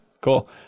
Cool